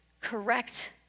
correct